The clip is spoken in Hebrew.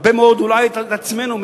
הרבה מאוד את עצמנו,